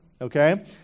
okay